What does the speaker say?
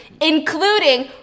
including